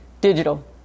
Digital